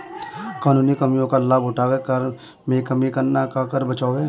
कानूनी कमियों का लाभ उठाकर कर में कमी करना कर बचाव है